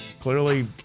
clearly